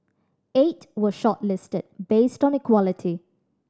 eight were shortlisted based on equality